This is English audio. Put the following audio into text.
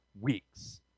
weeks